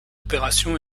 opération